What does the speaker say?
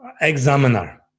examiner